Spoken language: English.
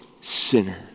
sinner